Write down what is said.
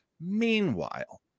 Meanwhile